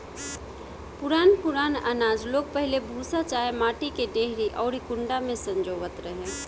पुरान पुरान आनाज लोग पहिले भूसा चाहे माटी के डेहरी अउरी कुंडा में संजोवत रहे